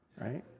right